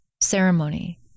ceremony